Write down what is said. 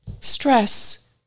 stress